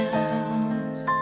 else